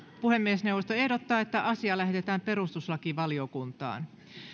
puhemiesneuvosto ehdottaa että asia lähetetään perustuslakivaliokuntaan